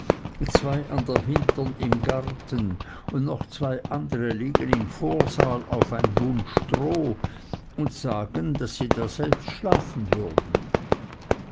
zwei an der hintern im garten und noch zwei andere liegen im vorsaal auf ein bund stroh und sagen daß sie daselbst schlafen würden